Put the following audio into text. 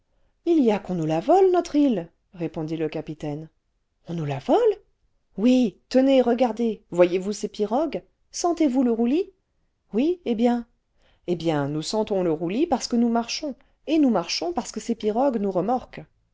h y a qu'on nous la vole notre île répondit le capitaine on nous la vole oui tenez regairdez voyez-vous ces pirogues sentez-vous le roulis oui eh bien eh bien nous semtons le roulis parce que nous marchons et nous marchons parce que ces piirogues nous remorquent